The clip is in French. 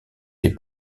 des